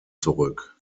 zurück